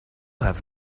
have